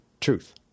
truth